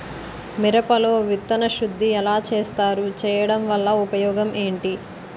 మిరప లో విత్తన శుద్ధి ఎలా చేస్తారు? చేయటం వల్ల ఉపయోగం ఏంటి?